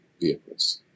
vehicles